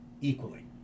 equally